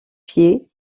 pied